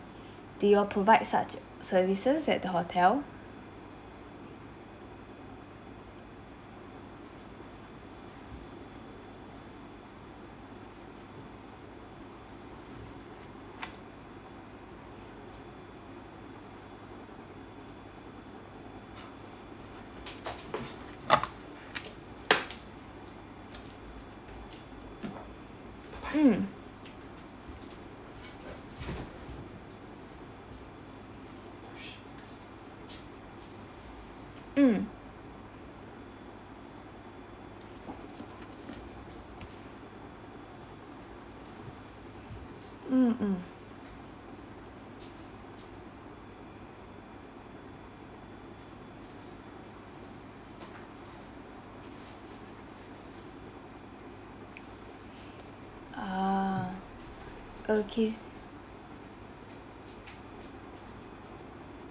do you all provide such services at the hotel mm mm mmhmm uh okay